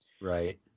Right